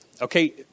okay